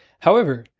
however,